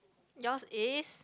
yours is